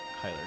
Kyler